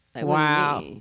Wow